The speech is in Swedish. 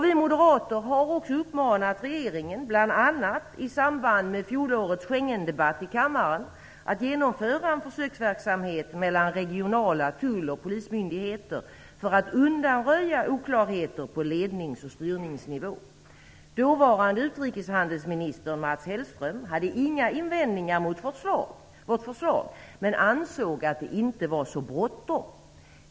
Vi moderater har uppmanat regeringen, bl.a. i samband med fjolårets Schengendebatt i kammaren, att genomföra en försöksverksamhet med regionala tull och polismyndigheter för att undanröja oklarheter på lednings och styrningsnivå. Dåvarande utrikeshandelsminister Mats Hellström hade inga invändningar mot vårt förslag men ansåg att det inte var så bråttom.